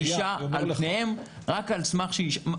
לבחור באשה על פניהם רק על סמך זה שהיא אשה,